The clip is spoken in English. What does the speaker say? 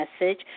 message